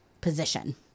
position